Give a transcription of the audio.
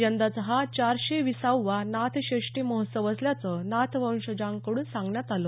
यंदाचा हा चारशे वीसावा नाथषष्ठी महोत्सव असल्याचं नाथवंशजांकड्रन सांगण्यात आलं